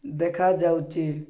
ଦେଖାଯାଉଛି